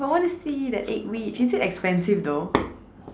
but I wanna see the eggwich is it expensive though